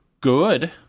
Good